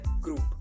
group